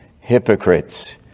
hypocrites